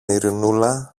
ειρηνούλα